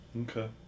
Okay